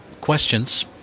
questions